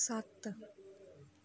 ਸੱਤ